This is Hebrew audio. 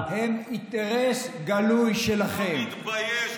להודיע לך.